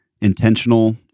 intentional